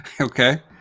Okay